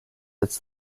its